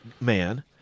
man